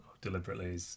deliberately